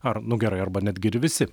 ar nu gerai arba netgi ir visi